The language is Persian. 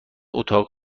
اتاق